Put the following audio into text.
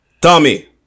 Tommy